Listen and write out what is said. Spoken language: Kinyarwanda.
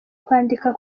kwandika